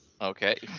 Okay